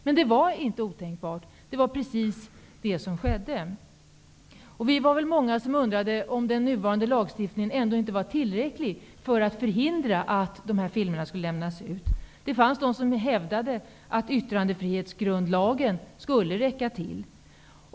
Men det var inte otänkbart -- det var precis det som skedde. Vi var många som undrade om den nuvarande lagstiftningen inte var tillräcklig för att förhindra att de här filmerna skulle lämnas ut. Det fanns de som hävdade att yttrandefrihetsgrundlagen skulle räcka till.